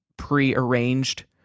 pre-arranged